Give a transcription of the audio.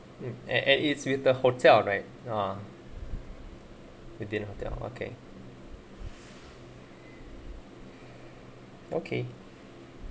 mm an at it's with the hotel right ah within hotel okay okay